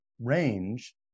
range